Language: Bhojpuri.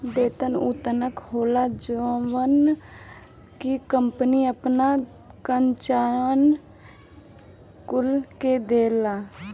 वेतन उ तनखा होला जवन की कंपनी आपन करम्चारिअन कुल के देवेले